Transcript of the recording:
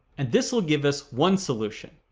and this will give us one solution.